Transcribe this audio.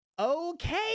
Okay